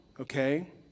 okay